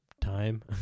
time